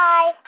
Bye